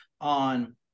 on